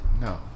No